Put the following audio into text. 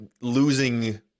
losing